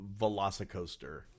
VelociCoaster